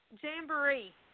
Jamboree